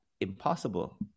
impossible